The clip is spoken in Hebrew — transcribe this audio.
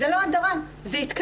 זה לא הדרה, זה התקדמות.